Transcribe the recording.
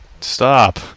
stop